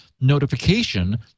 notification